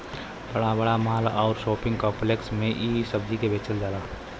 बड़ा बड़ा माल आउर शोपिंग काम्प्लेक्स में इ सब्जी के बेचल जाला